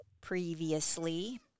previously